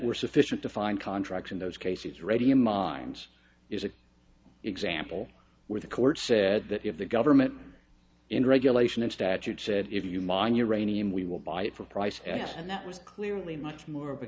were sufficient to find contracts in those cases radium mines is an example where the court said that if the government in regulation in statute said if you mine uranium we will buy it for a price and that was clearly much more of a